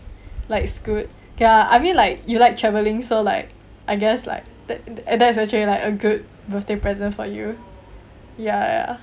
like scoot ya I mean like you like travelling so like I guess like that and that's actually like a good birthday present for you ya